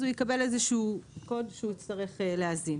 אז הוא יקבל איזשהו קוד שהוא יצטרך להזין.